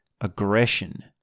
aggression